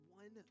one